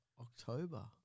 October